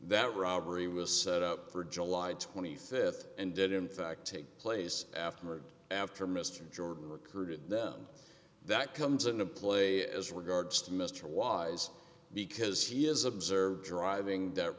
that robbery was set up for july th and did in fact take place afterward after mr jordan recruited that comes into play as regards to mr wise because he is observed driving that